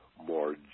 more